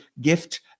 gift